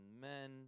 men